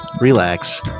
Relax